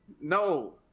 No